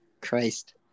Christ